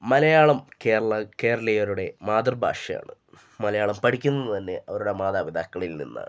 മലയാളം കേരള കേരളീയരുടെ മാതൃഭാഷയാണ് മലയാളം പഠിക്കുന്നത് തന്നെ അവരുടെ മാതാപിതാക്കളിൽ നിന്നാണ്